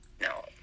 No